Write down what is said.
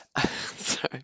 sorry